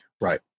Right